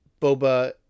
Boba